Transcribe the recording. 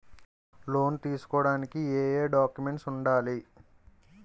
Loan తీసుకోడానికి ఏయే documents వుండాలి?